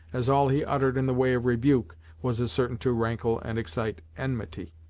as all he uttered in the way of rebuke was as certain to rankle and excite enmity,